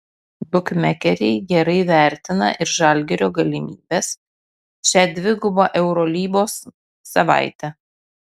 bukmekeriai gerai vertina ir žalgirio galimybes šią dvigubą eurolygos savaitę